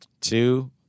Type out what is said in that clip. Two